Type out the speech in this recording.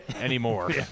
anymore